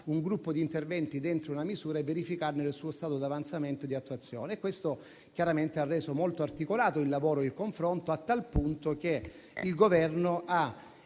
un gruppo di interventi dentro una misura e verificarne lo stato di avanzamento e attuazione. Questo chiaramente ha reso molto articolati il lavoro e il confronto, a tal punto che il Governo è